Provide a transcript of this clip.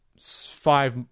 five